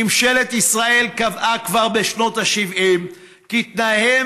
ממשלת ישראל קבעה כבר בשנות ה-70 כי תנאיהם